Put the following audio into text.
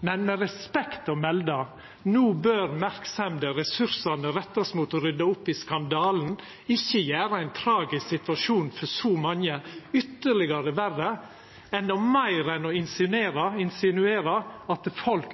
men med respekt å melda bør no merksemda og ressursane rettast mot å rydda opp i skandalen, ikkje gjera ein tragisk situasjon for så mange ytterlegare verre – endå meir enn å insinuera at folk